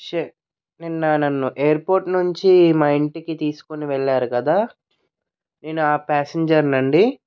షా నిన్న నన్ను ఎయిర్పోర్ట్ నుంచి మా ఇంటికి తీసుకుని వెళ్లారు కదా నేను ఆ ప్యాసింజర్ నండి